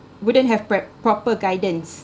wouldn't have prep~ proper guidance